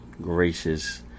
gracious